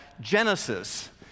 Genesis